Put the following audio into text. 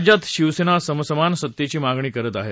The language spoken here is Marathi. राज्यात शिवसेना समसमान सत्तेची मागणी करत आहे